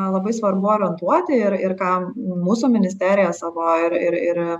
labai svarbu orientuoti ir ir ką mūsų ministerija savo ir ir